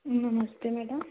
नमसते madam